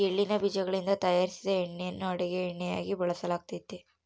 ಎಳ್ಳಿನ ಬೀಜಗಳಿಂದ ತಯಾರಿಸಿದ ಎಣ್ಣೆಯನ್ನು ಅಡುಗೆ ಎಣ್ಣೆಯಾಗಿ ಬಳಸಲಾಗ್ತತೆ